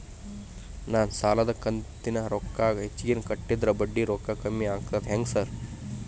ನಾನ್ ಸಾಲದ ಕಂತಿನ ರೊಕ್ಕಾನ ಹೆಚ್ಚಿಗೆನೇ ಕಟ್ಟಿದ್ರ ಬಡ್ಡಿ ರೊಕ್ಕಾ ಕಮ್ಮಿ ಆಗ್ತದಾ ಹೆಂಗ್ ಸಾರ್?